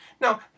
Now